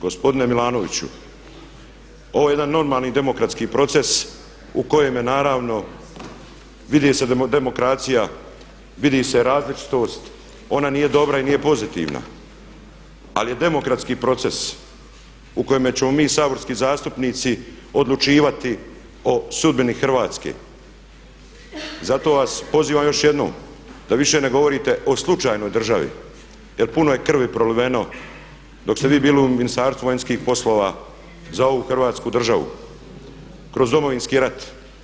Gospodine Milanoviću, ovo je jedan normalni demokratski proces u kojem je naravno vidi se demokracija, vidi se različitost, ona nije dobra i nije pozitivna ali je demokratski proces u kojem ćemo mi saborski zastupnici odlučivati o sudbini Hrvatske zato vas pozivam još jednom da više ne govorite o slučajnoj državi jer puno je krvi proliveno dok ste vi bili u Ministarstvu vanjskih poslova za ovu Hrvatsku državu kroz Domovinski rat.